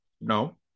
no